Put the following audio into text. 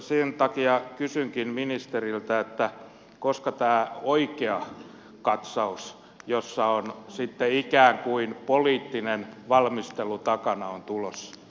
sen takia kysynkin ministeriltä koska tämä oikea katsaus jossa on sitten ikään kuin poliittinen valmistelu takana on tulossa